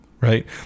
right